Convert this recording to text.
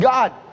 God